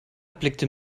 blickte